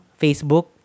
Facebook